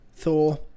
Thor